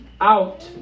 out